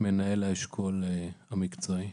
מנהל האשכול המקצועי.